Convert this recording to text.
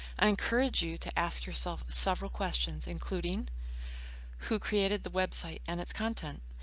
i encourage you to ask yourself several questions including who created the website and its content?